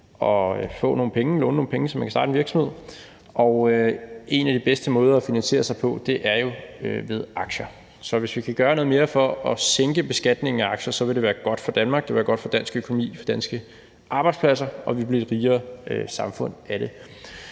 at låne nogle penge, så man kan starte en virksomhed, og en af de bedste måder at finansiere sig på er jo ved aktier. Så hvis vi kan gøre noget mere for at sænke beskatningen af aktier, vil det være godt for Danmark. Det vil være godt for dansk økonomi, for danske arbejdspladser, og vi bliver et rigere samfund af det.